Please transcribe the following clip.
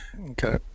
Okay